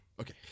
Okay